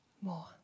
More